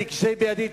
כשיהיה בידי,